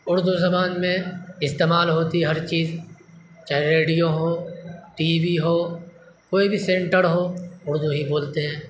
اردو زبان میں استعمال ہوتی ہر چیز چاہے ریڈیو ہو ٹی وی ہو کوئی بھی سینٹر ہو اردو ہی بولتے ہیں